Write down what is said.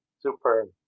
super